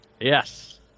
Yes